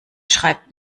schreibt